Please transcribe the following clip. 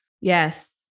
Yes